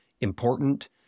important